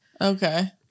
Okay